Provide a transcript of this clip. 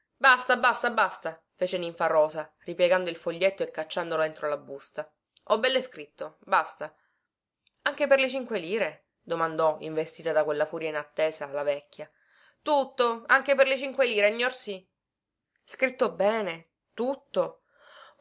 basta basta basta fece ninfarosa ripiegando il foglietto e cacciandolo entro la busta ho belle scritto basta anche per le cinque lire domandò investita da quella furia inattesa la vecchia tutto anche per le cinque lire gnorsì scritto bene tutto